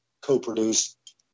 co-produced